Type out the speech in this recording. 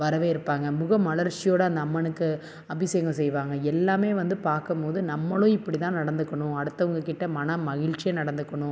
வரவேற்பாங்க முக மலர்ச்சியோடு அந்த அம்மனுக்கு அபிஷேகம் செய்வாங்க எல்லாமே வந்து பார்க்கும் போது நம்மளும் இப்படி தான் நடந்துக்கணும் அடுத்தவங்க கிட்ட மன மகிழ்ச்சியா நடந்துக்கணும்